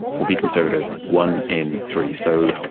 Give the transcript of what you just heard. we'll be conservative, one in three. so